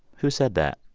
who said that?